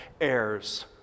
heirs